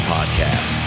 Podcast